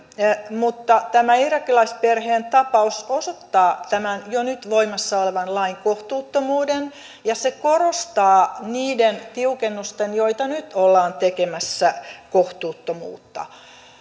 mutta tämä irakilaisperheen tapaus osoittaa tämän jo nyt voimassa olevan lain kohtuuttomuuden ja se korostaa niiden tiukennusten joita nyt ollaan tekemässä kohtuuttomuutta